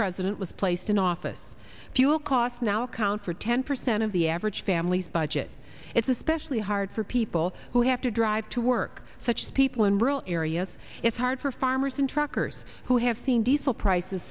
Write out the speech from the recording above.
president was placed in office fuel costs now account for ten percent of the average family's budget it's especially hard for people who have to drive to work such people in rural areas it's hard for farmers and truckers who have seen diesel prices